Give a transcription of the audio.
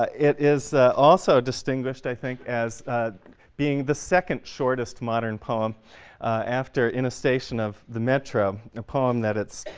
ah it is also distinguished, i think, as being the second shortest modern poem after in a station of the metro, a poem that it's